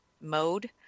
mode